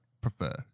prefer